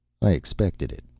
i expected it,